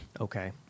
Okay